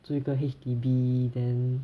住一个 H_D_B then